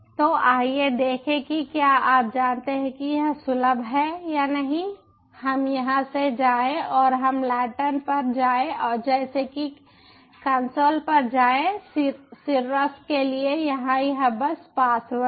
तो आइए देखें कि क्या आप जानते हैं कि यह सुलभ है या नहीं हम यहां से जाएं और हम लैन्टर्न पर जाएं जैसे कि कंसोल पर जाएं सिरस के लिए यहां यह बस पासवर्ड है